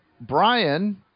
Brian